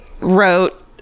wrote